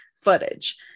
footage